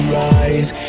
rise